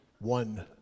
One